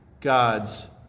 God's